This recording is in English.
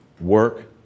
work